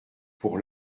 pour